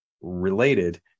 related